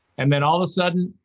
and then, all of a sudden,